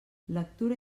lectura